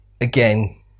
again